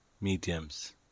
mediums